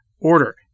order